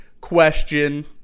question